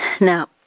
Now